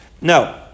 No